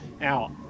Now